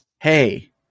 Hey